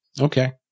Okay